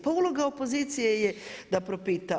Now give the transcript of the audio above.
Pa uloga opozicije je da propita.